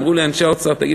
ואמרו לי אנשי האוצר: תגיד,